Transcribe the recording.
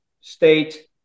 state